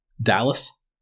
Dallas